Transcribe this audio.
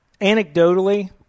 anecdotally